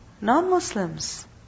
non-Muslims